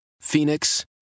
Phoenix